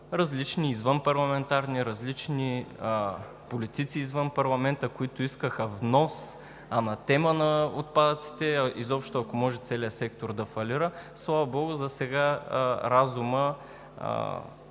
решения от страна на различни политици извън парламента, които искаха внос, анатема на отпадъците – изобщо, ако може, целият сектор да фалира. Слава богу, засега разумът